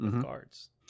cards